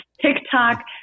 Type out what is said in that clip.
TikTok